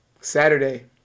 Saturday